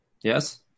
Yes